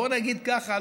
בוא נגיד ככה,